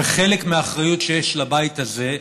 וחלק מהאחריות שיש לבית הזה,